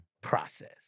process